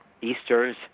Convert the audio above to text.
Easter's